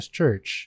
Church